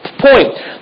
point